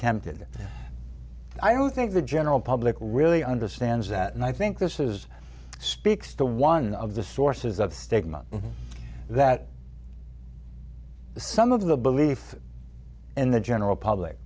tempted i do think the general public really understands that and i think this is speaks to one of the sources of stigma that some of the belief in the general public